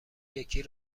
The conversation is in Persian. یکی